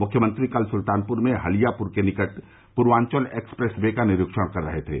मुख्यनंत्री कल सुल्तानपुर में हलियापुर के निकट पूर्वांचल एक्सप्रेस वे का निरीक्षण कर रहे थे